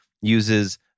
uses